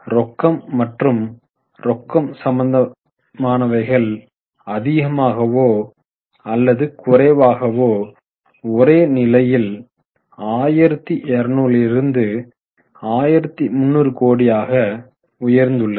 ரொக்கம் மற்றும் ரொக்க சம்பந்தமானவைகள் அதிகமாகவோ அல்லது குறைவாகவோ ஒரே நிலையில் 1200 லிருந்து 1300 கோடி ஆக உயர்ந்துள்ளது